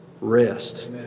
rest